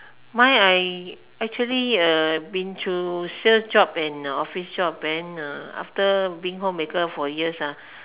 mine I actually uh been through sales job and office job then uh after being homemaker for years ah